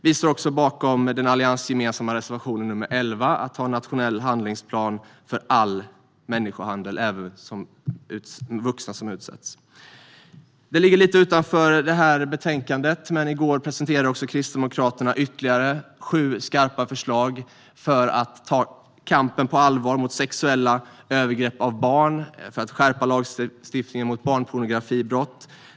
Vi står också bakom den alliansgemensamma reservation 11 om att ha en nationell handlingsplan mot all människohandel, alltså även när det är vuxna som utsätts. Det ligger lite utanför det här betänkandet, men i går presenterade Kristdemokraterna ytterligare sju skarpa förslag för att på allvar ta upp kampen mot sexuella övergrepp på barn och skärpa lagstiftningen mot barnpornografibrott.